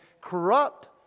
corrupt